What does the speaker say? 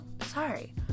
sorry